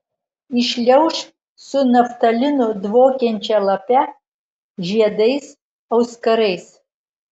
įšliauš su naftalinu dvokiančia lape žiedais auskarais